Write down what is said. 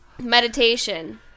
meditation